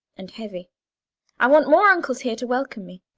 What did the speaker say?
and heavy i want more uncles here to welcome me.